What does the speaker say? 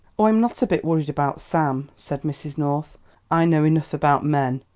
i'm not a bit worried about sam, said mrs. north i know enough about men.